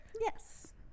yes